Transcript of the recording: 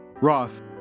Roth